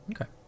Okay